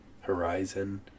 horizon